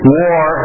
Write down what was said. war